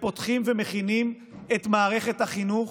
ופותחים ומכינים את מערכת החינוך